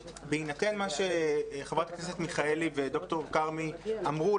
בהינתן מה שחברת הכנסת מיכאלי ופרופ' כרמי אמרו,